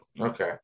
okay